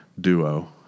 duo